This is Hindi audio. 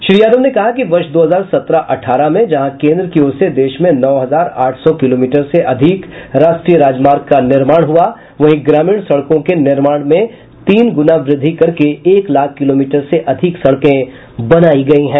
श्री यादव ने कहा कि वर्ष दो हजार सत्रह अठारह में जहां केन्द्र की ओर से देश में नौ हजार आठ सौ किलोमीटर से अधिक राष्ट्रीय राजमार्ग का निर्माण हुआ वहीं ग्रामीण सड़कों के निर्माण में तीन गुणा वृद्धि करके एक लाख किलोमीटर से अधिक सड़कें बनायी गई हैं